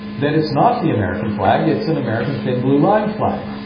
that it's not the american flag, it's an american thin blue line flag.